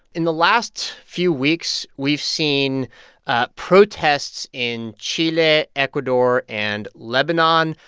in the last few weeks, we've seen ah protests in chile, ecuador and lebanon.